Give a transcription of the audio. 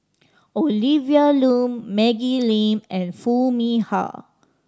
Olivia Lum Maggie Lim and Foo Mee Har